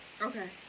Okay